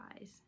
eyes